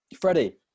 Freddie